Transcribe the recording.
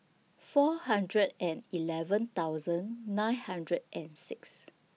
four hundred and eleven thousand nine hundred and six